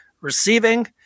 receiving